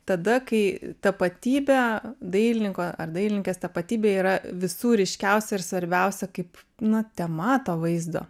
tada kai tapatybė dailininko ar dailininkės tapatybė yra visų ryškiausia ir svarbiausia kaip nu tema to vaizdo